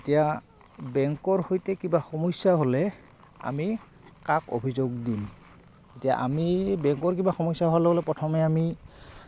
এতিয়া বেংকৰ সৈতে কিবা সমস্যা হ'লে আমি কাক অভিযোগ দিম এতিয়া আমি বেংকৰ কিবা সমস্যা প্ৰথমে আমি